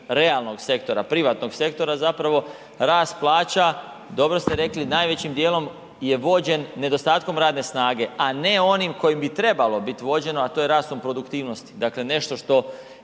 sektora, privatnog sektora zapravo rast plaća, dobro ste rekli najvećim dijelom je vođen nedostatkom radne snage a ne onim kojim bi trebalo biti vođeno a to je rastom produktivnosti. Dakle nešto bi